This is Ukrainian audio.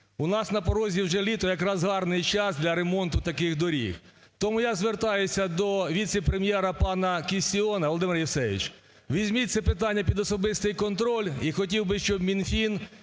У нас на порозі уже літо – якраз гарний час для ремонту таких доріг. Тому я звертаюсь до віце-прем'єра пана Кістіона. Володимир Євсевійович, візьміть це питання під особистий контроль, і хотів би, щоб Мінфін